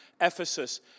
Ephesus